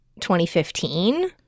2015